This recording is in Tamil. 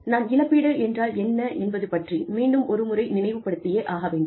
நான் இழப்பீடு என்றால் என்ன என்பது பற்றி மீண்டும் ஒருமுறை நினைவுப்படுத்தியே ஆக வேண்டும்